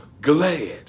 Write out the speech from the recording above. glad